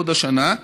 עוד השנה,